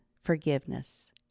Forgiveness